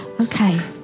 okay